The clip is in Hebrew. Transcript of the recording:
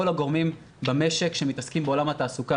הגורמים במשק שמתעסקים בעולם התעסוקה,